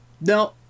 no